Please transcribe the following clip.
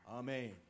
Amen